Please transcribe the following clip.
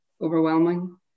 overwhelming